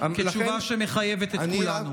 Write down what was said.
כתשובה שמחייבת את כולנו.